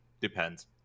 depends